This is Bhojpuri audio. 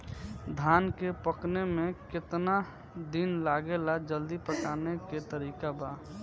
धान के पकने में केतना दिन लागेला जल्दी पकाने के तरीका बा?